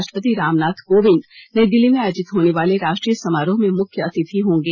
राष्ट्रपति रामनाथ कोविंद नई दिल्ली में आयोजित होने वाले राष्ट्रीय समारोह में मुख्य अतिथि होंगे